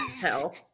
Hell